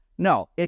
No